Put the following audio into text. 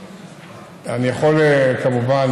כמובן,